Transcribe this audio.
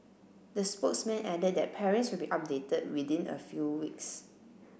the spokesman added that parents will be updated within a few weeks